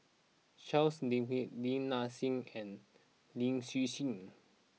Charles Lin Hen Lin Nanxing and Lin Hsin Hsin